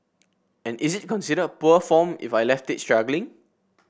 and is it considered poor form if I left it struggling